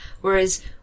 Whereas